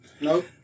No